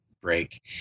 break